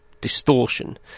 distortion